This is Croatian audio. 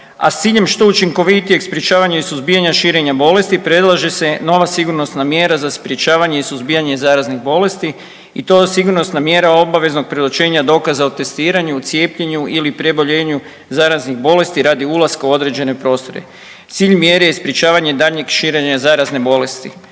a s ciljem što učinkovitijeg sprječavanja i suzbijanja širenja bolesti predlaže se nova sigurnosna mjera za sprječavanje i suzbijanje zaraznih bolesti i to sigurnosna mjera obaveznog predočenja dokaza o testiranju, o cijepljenju ili preboljenju zaraznih bolesti radi ulaska u određene prostore. Cilj mjere je sprječavanje daljnjeg širenja zaraze bolesti.